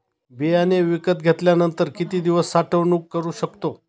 बियाणे विकत घेतल्यानंतर किती दिवस साठवणूक करू शकतो?